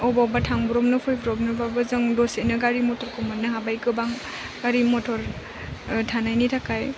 अबावबा थांब्र'बनो फैब्र'बनोबाबो जों दसेनो गारि मटरखौ मोन्नो हाबाय गोबां गारि मटर थानायनि थाखाय